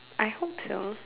I hope so